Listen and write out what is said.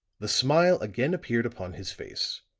the smile again appeared upon his face,